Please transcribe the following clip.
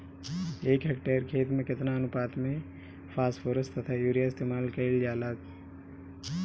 एक हेक्टयर खेत में केतना अनुपात में फासफोरस तथा यूरीया इस्तेमाल कईल जाला कईल जाला?